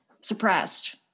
suppressed